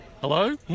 Hello